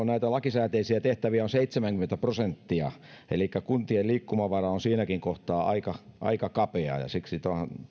näitä lakisääteisiä tehtäviä on seitsemänkymmentä prosenttia joten etenkin sote puolella kuntien liikkumavara on aika aika kapea ja siksi